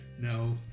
No